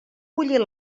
bullir